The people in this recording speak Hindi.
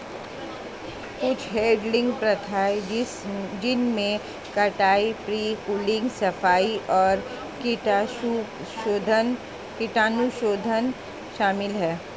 कुछ हैडलिंग प्रथाएं जिनमें कटाई, प्री कूलिंग, सफाई और कीटाणुशोधन शामिल है